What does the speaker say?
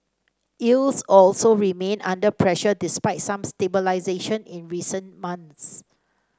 yields also remain under pressure despite some stabilisation in recent months